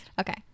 Okay